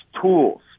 tools